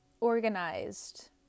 organized